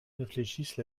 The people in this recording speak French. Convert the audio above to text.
réfléchissent